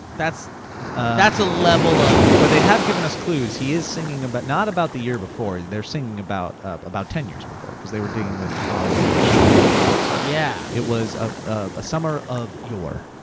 that's that's a level of but they have given us clues, he is singing but not about the year before, they're singing about about ten years before, cause they were digging on new edition and stuff as well. so yeah. it was a summer of yore.